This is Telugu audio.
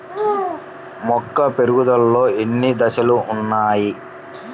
మొక్క పెరుగుదలలో ఎన్ని దశలు వున్నాయి?